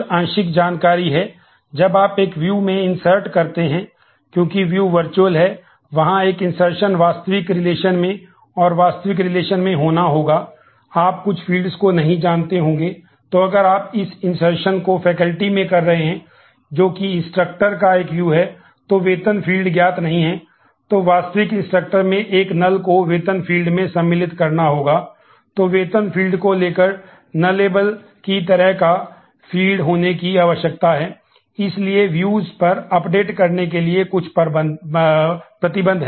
आप एक व्यू के लिए कुछ प्रतिबंध हैं